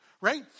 right